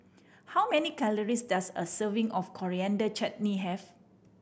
how many calories does a serving of Coriander Chutney have